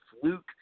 fluke